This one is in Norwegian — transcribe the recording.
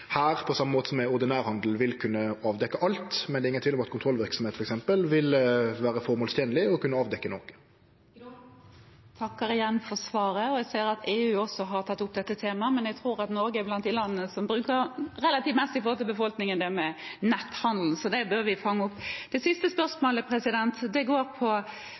ingen tvil om at kontrollverksemd f.eks. vil vere føremålstenleg og vil kunne avdekkje noko. Jeg takker igjen for svaret. Jeg ser at EU også har tatt opp dette temaet, men jeg tror at Norge er blant de landene som bruker relativt mest i forhold til befolkningen på netthandel, så det bør vi fange opp. Det siste spørsmålet går på kommunene, for det